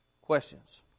Questions